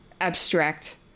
abstract